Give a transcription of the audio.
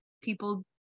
people